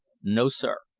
no, sir,